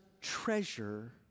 treasure